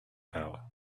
power